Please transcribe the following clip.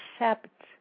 accept